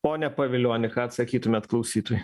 pone pavilioni ką atsakytumėt klausytojui